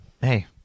Hey